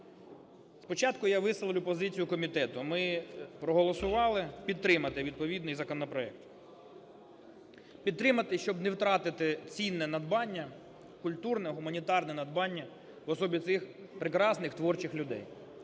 Спочатку я висловлю позицію комітету. Ми проголосували підтримати відповідний законопроект. Підтримати, щоб не втратити цінне надбання, культурне, гуманітарне надбання в особі цих прекрасних творчих людей,